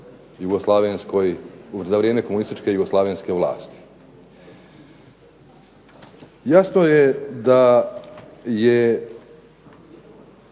za vrijeme komunističke i jugoslavenske vlasti. Jasno je da je